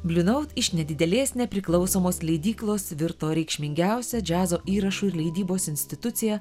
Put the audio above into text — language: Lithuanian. bliu naut iš nedidelės nepriklausomos leidyklos virto reikšmingiausia džiazo įrašų ir leidybos institucija